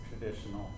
traditional